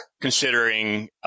considering